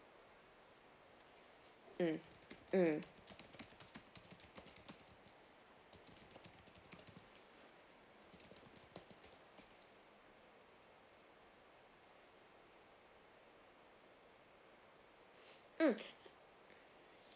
mm mm mm